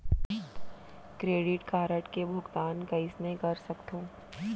Credit card के भुगतान कईसने कर सकथो?